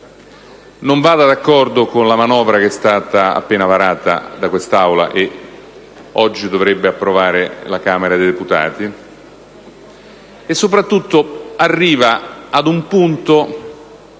non vada d'accordo con la manovra che è stata appena varata da quest'Aula e che oggi dovrebbe approvare la Camera dei deputati, e, soprattutto, arrivi ad un punto